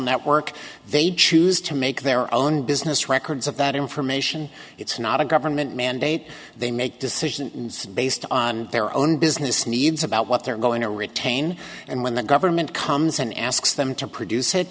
network they'd choose to make their own business records of that information it's not a government mandate they make decisions based on their own business needs about what they're going to retain and when the government comes and asks them to produce it